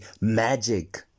magic